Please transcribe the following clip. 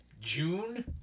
June